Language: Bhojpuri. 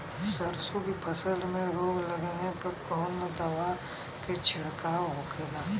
सरसों की फसल में रोग लगने पर कौन दवा के छिड़काव होखेला?